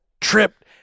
tripped